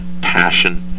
Passion